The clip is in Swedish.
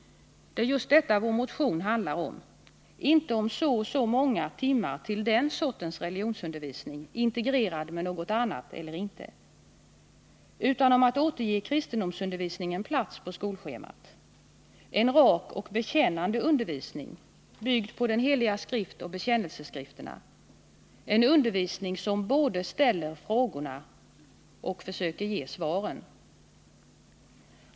Det är just detta vår motion handlar om. Den handlar inte om så och så många timmar till den sortens religionsundervisning, integrerad med något annat eller inte, utan om att återge kristendomsundervisningen en plats på skolschemat. En rak och bekännande undervisning, byggd på Den Heliga Skrift och bekännelseskrifterna och en undervisning som både ställer frågorna och försöker ge svaren.